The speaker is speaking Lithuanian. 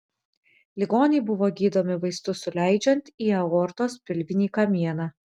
ligoniai buvo gydomi vaistus suleidžiant į aortos pilvinį kamieną